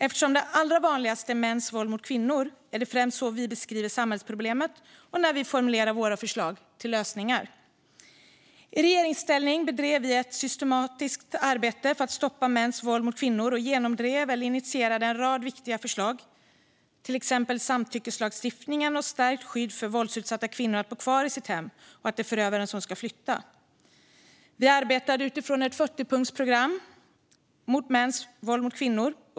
Eftersom det allra vanligaste är mäns våld mot kvinnor är det främst på det sättet vi beskriver samhällsproblemet när vi formulerar våra förslag till lösningar. I regeringsställning bedrev vi ett systematiskt arbete för att stoppa mäns våld mot kvinnor. Vi genomdrev eller initierade en rad viktiga förslag, till exempel samtyckeslagstiftningen, stärkt skydd för våldsutsatta kvinnor att bo kvar i sitt hem och principen att det är förövaren som ska flytta. Vi arbetade utifrån ett 40-punktsprogram mot mäns våld mot kvinnor.